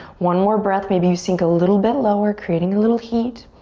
one more breath. maybe you sink a little bit lower, creating a little heat.